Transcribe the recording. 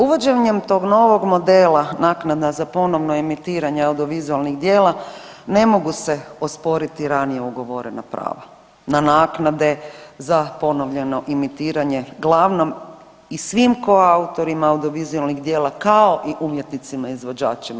Uvođenjem tog novog modela naknada za ponovno emitiranje audiovizualnih djela ne mogu se osporiti ranije ugovorena prava na naknade za ponovljeno imitiranje glavnom i svim koautorima audiovizualnih djela kao i umjetnicima izvođačima.